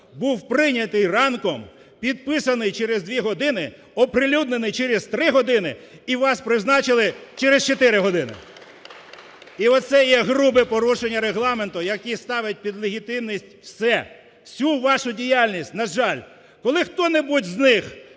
був прийнятий ранком, підписаний через дві години, оприлюднений через три години, і вас призначили через чотири години. І ось це є грубе порушення Регламенту, яке ставить під легітимність все, всю вашу діяльність, на жаль. Коли хто-небудь з них